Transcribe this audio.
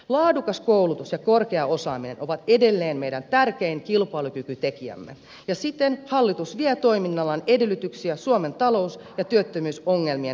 laadukas koulutus ja korkea osaaminen ovat edelleen meidän tärkein kilpailukykytekijämme ja siten hallitus vie toiminnallaan edellytyksiä suomen talous ja työttömyysongelmien ratkaisemiselta